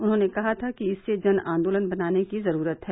उन्होंने कहा था कि इसे जन आंदोलन बनाने की जरूरत है